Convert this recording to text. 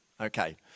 okay